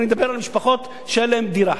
אני מדבר על משפחות שאין להן דירה.